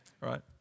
right